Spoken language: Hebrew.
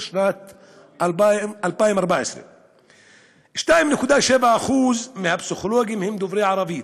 2014. 2.7% מהפסיכולוגים הם דוברי ערבית,